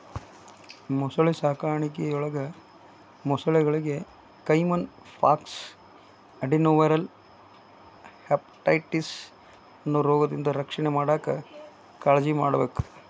ಮೊಸಳೆ ಸಾಕಾಣಿಕೆಯೊಳಗ ಮೊಸಳೆಗಳಿಗೆ ಕೈಮನ್ ಪಾಕ್ಸ್, ಅಡೆನೊವೈರಲ್ ಹೆಪಟೈಟಿಸ್ ಅನ್ನೋ ರೋಗಗಳಿಂದ ರಕ್ಷಣೆ ಮಾಡಾಕ್ ಕಾಳಜಿಮಾಡ್ಬೇಕ್